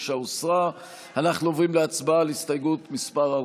עתיד-תל"ם וקבוצת סיעת הרשימה המשותפת אחרי